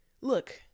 Look